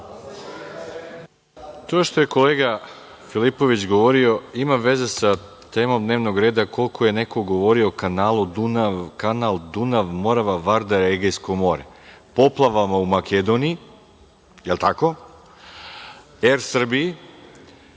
To što je kolega Filipović govorio ima veze sa temom dnevnog reda koliko je neko govorio o kanalu Dunav-Morava-Vardar-Egejsko more, poplavama u Makedoniji, da li je tako, ER Srbiji,